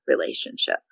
relationship